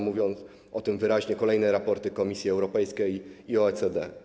Mówią o tym wyraźnie kolejne raporty Komisji Europejskiej i OECD.